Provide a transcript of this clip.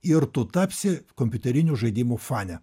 ir tu tapsi kompiuterinių žaidimų fane